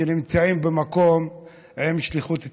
שנמצאים במקום עם שליחות ציבורית.